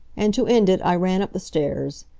and to end it i ran up the stairs.